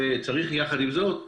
יחד עם זאת,